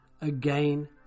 again